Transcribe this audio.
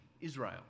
Israel